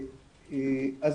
אז